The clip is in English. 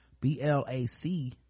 B-L-A-C